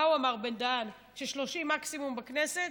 מה הוא אמר, בן-דהן, ש-30 יום מקסימום בכנסת?